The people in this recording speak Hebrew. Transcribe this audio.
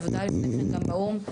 עבדה לפני כן גם באו"ם,